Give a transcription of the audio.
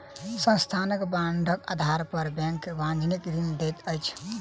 संस्थानक बांडक आधार पर बैंक वाणिज्यक ऋण दैत अछि